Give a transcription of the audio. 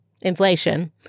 inflation